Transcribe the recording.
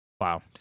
Wow